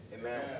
Amen